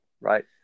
Right